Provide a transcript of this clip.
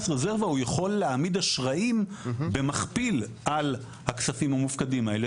רזרבה הוא יכול להעמיד אשראיים במכפיל על הכספים המופקדים האלה,